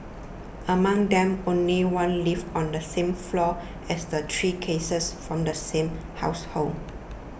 among them only one lived on the same floor as the three cases from the same household